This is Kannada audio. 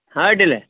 ಹಾಂ ಅಡ್ಡಿಲ್ಲ